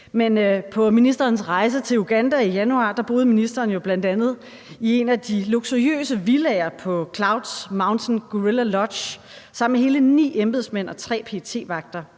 Men på ministerens rejse til Uganda i januar boede ministeren jo bl.a. i en af de luksuriøse villaer på Clouds Mountain Gorilla Lodge sammen med hele ni embedsmand og tre PET-vagter,